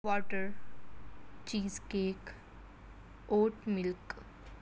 water cheese cake oat milk